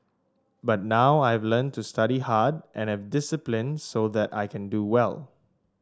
but now I've learnt to study hard and have discipline so that I can do well